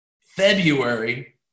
February